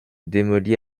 démoli